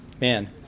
Man